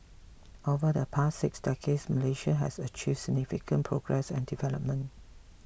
over the past six decades Malaysia has achieved significant progress and development